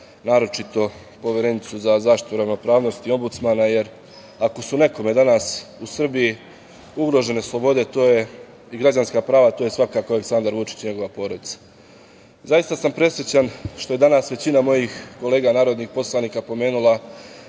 naročito Poverenicu za zaštitu ravnopravnosti i Ombudsmana, jer ako su nekome danas u Srbiji ugrožene slobode i građanska prava to su svakako Aleksandar Vučić i njegova porodica. Zaista sam presrećan što je danas većina mojih kolega narodnih poslanika pomenula